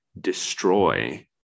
destroy